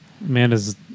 Amanda's